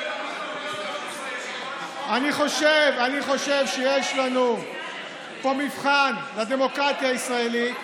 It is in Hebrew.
אני חושב שיש לנו פה מבחן לדמוקרטיה הישראלית,